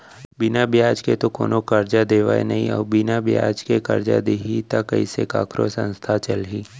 बिना बियाज के तो कोनो करजा देवय नइ अउ बिना बियाज के करजा दिही त कइसे कखरो संस्था चलही